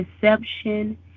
deception